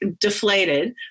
deflated